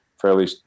fairly